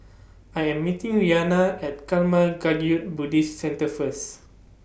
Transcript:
I Am meeting Rhianna At Karma Kagyud Buddhist Centre First